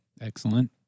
Excellent